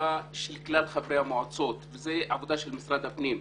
אסיפה של כלל חברי המועצות וזו עבודה של משרד הפנים.